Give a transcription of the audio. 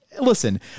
listen